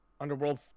Underworld